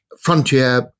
frontier